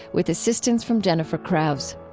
with assistance from jennifer krause.